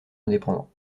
indépendant